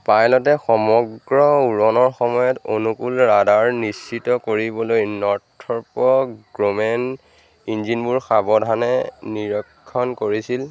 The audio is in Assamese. পাইলটে সমগ্ৰ উৰণৰ সময়ত অনুকূল ৰাডাৰ নিশ্চিত কৰিবলৈ নৰ্থ্ৰপ গ্ৰুমেন ইঞ্জিনবোৰ সাৱধানে নিৰক্ষণ কৰিছিল